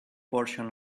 portion